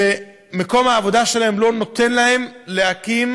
שמקום העבודה שלהם לא נותן להם להקים,